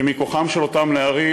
מכוחם של אותם נערים.